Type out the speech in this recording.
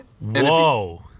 Whoa